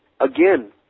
again